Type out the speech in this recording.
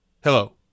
Hello